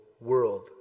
world